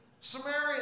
Samaria